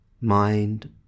mind